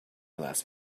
last